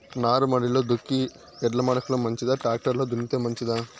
నారుమడిలో దుక్కి ఎడ్ల మడక లో మంచిదా, టాక్టర్ లో దున్నితే మంచిదా?